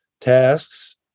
tasks